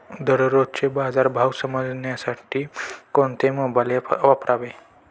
दररोजचे बाजार भाव समजण्यासाठी कोणते मोबाईल ॲप वापरावे?